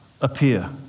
appear